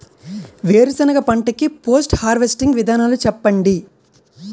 వేరుసెనగ పంట కి పోస్ట్ హార్వెస్టింగ్ విధానాలు చెప్పండీ?